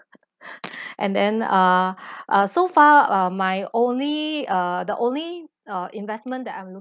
and then uh uh so far uh my only uh the only uh investment that I'm